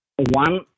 one